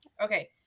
Okay